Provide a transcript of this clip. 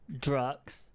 Drugs